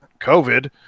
COVID